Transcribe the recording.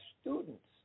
students